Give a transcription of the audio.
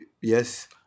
yes